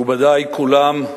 מכובדי כולם,